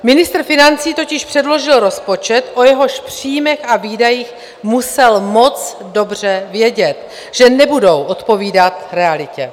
Ministr financí totiž předložil rozpočet, o jehož příjmech a výdajích musel moc dobře vědět, že nebudou odpovídat realitě.